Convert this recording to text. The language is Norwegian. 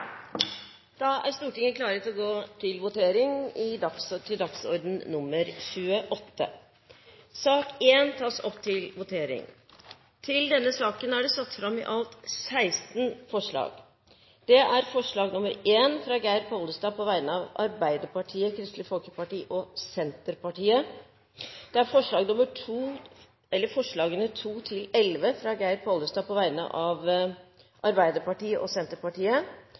Da er Stortinget klar til å gå til votering. Under debatten er det satt fram i alt 16 forslag. Det er forslag nr. 1, fra Geir Pollestad på vegne av Arbeiderpartiet, Kristelig Folkeparti og Senterpartiet forslagene nr. 2–11, fra Geir Pollestad på vegne av Arbeiderpartiet og Senterpartiet